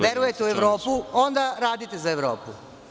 Verujete u Evropu, onda radite za Evropu.